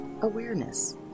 awareness